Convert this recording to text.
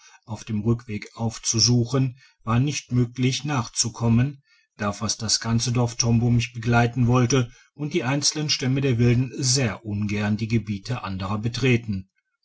moro auf dem rückwege aufzusuchen war nicht möglich nachzukommen da fast das ganze dorf tombo mich begleiten wollte und die einzelnen stämme der wilden sehr ungern die gebiete anderer betreten